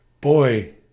boy